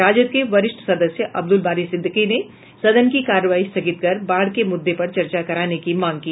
राजद के वरिष्ठ सदस्य अब्दुल बारी सिद्दिकी ने सदन की कार्यवाही स्थगित कर बाढ़ के मुद्दे पर चर्चा कराने की मांग की